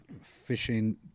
fishing